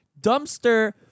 dumpster